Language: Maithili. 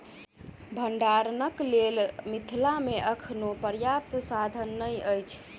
भंडारणक लेल मिथिला मे अखनो पर्याप्त साधन नै अछि